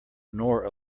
nor